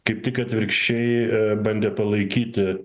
kaip tik atvirkščiai bandė palaikyti